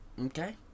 Okay